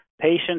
Patients